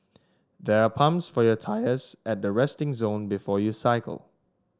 there are pumps for your tyres at the resting zone before you cycle